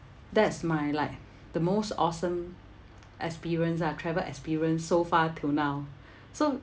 that's my like the most awesome experience ah travel experience so far till now so